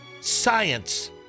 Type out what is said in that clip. science